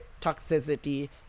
toxicity